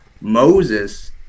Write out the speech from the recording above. Moses